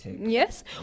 Yes